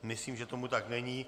Myslím, že tomu tak není.